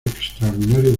extraordinario